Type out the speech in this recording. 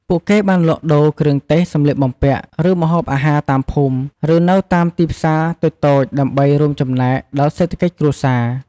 ពួកគេបានលក់ដូរ គ្រឿងទេស សម្លៀកបំពាក់ ឬម្ហូបអាហារ តាមភូមិ ឬនៅតាមទីផ្សារតូចៗ ដើម្បីរួមចំណែកដល់សេដ្ឋកិច្ចគ្រួសារ។